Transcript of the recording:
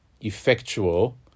effectual